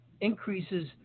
increases